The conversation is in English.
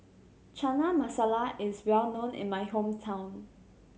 Chana Masala is well known in my hometown